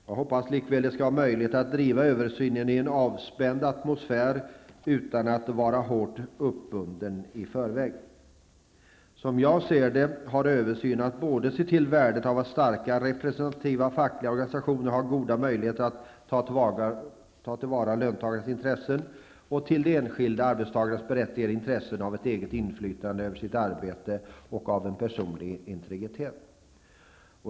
Jag hoppas likväl att det skall bli möjligt att driva översynen i en avspänd atmosfär utan att vara hårt uppbunden i förväg. Som jag ser det har översynen att se till värdet av att starka och representativa fackliga organisationer har goda möjligheter att ta till vara löntagarnas intressen men också till de enskilda arbetstagarnas berättigade intresse av eget inflytande över sitt arbete och av personlig integritet.